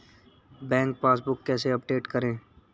Bank passbook कैसे update करें?